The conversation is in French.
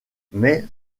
mais